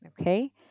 Okay